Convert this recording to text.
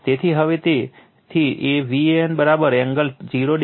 તેથી હવે તેથી Van એંગલ 0 o છે